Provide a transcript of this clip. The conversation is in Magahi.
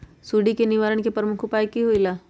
सुडी के निवारण के प्रमुख उपाय कि होइला?